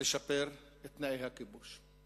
לשפר את תנאי הכיבוש.